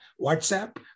WhatsApp